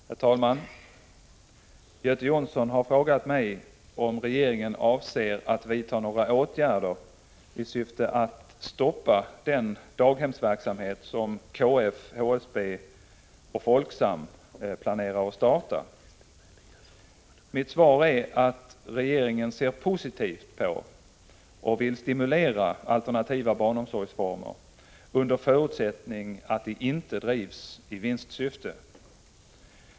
Herr talman! Göte Jonsson har frågat mig om regeringen avser att vidta några åtgärder i syfte att stoppa den daghemsverksamhet som KF, HSB och Folksam planerar att starta. Mitt svar är att regeringen ser positivt på och vill stimulera alternativa barnomsorgsformer under förutsättning att de inte drivs i vinstsyfte.